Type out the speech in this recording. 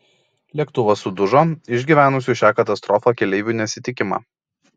lėktuvas sudužo išgyvenusių šią katastrofą keleivių nesitikima